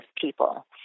people